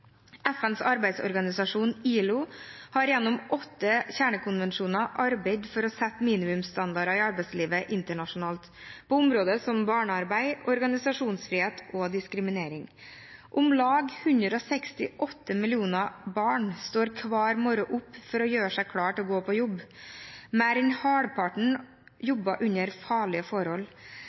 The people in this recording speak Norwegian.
FNs arbeidsorganisasjon, ILO, har gjennom åtte kjernekonvensjoner arbeidet for å sette minimumsstandarder i arbeidslivet internasjonalt på områder som barnearbeid, organisasjonsfrihet og diskriminering. Om lag 168 millioner barn står hver morgen opp for å gjøre seg klare til å gå på jobb. Mer enn halvparten jobber under farlige forhold.